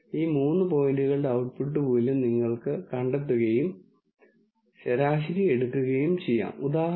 ഈ സമയത്ത് നിങ്ങൾ പറയും മേശപ്പുറത്തുള്ളതെല്ലാം ഇതാണ് അപ്പോൾ ഞാൻ നിങ്ങളോട് ചോദ്യം ചോദിച്ചു ശരിക്കും മേശപ്പുറത്ത് എല്ലാം ഉണ്ട് എന്നതാണ്